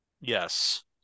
Yes